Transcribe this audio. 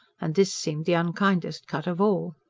and this seemed the unkindest cut of all.